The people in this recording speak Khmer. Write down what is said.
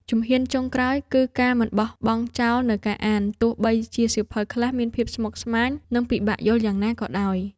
ជំហានចុងក្រោយ គឺការមិនបោះបង់ចោលនូវការអាន ទោះបីជាសៀវភៅខ្លះមានភាពស្មុគស្មាញ និងពិបាកយល់យ៉ាងណាក៏ដោយ។